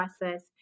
process